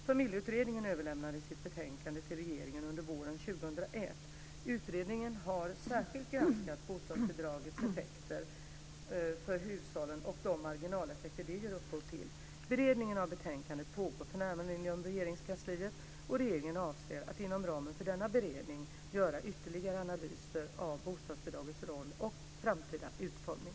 Familjeutredningen överlämnade sitt betänkande till regeringen under våren 2001. Utredningen har särskilt granskat bostadsbidragets effekter för hushållen och de marginaleffekter det ger upphov till. Beredning av betänkandet pågår för närvarande inom Regeringskansliet. Regeringen avser att inom ramen för denna beredning göra ytterligare analyser av bostadsbidragets roll och framtida utformning.